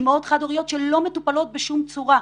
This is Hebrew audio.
אימהות חד הוריות שלא מטופלות בשום צורה.